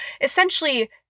essentially